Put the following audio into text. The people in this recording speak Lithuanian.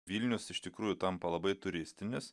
vilnius iš tikrųjų tampa labai turistinis